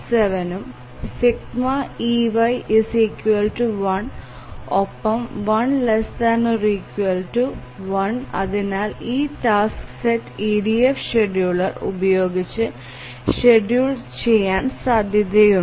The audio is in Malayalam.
67 ഉം ∑ey1ഒപ്പം1 ≤ 1 അതിനാൽ ഈ ടാസ്ക് സെറ്റ് EDF ഷെഡ്യൂളർ ഉപയോഗിച്ച് ഷെഡ്യൂൾ ചെയ്യാൻ സാധ്യതയുണ്ട്